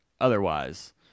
otherwise